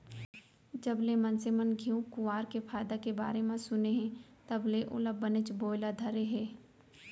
जबले मनसे मन घींव कुंवार के फायदा के बारे म सुने हें तब ले ओला बनेच बोए ल धरे हें